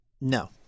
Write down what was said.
No